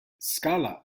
skala